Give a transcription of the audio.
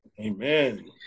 Amen